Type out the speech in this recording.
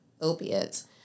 opiates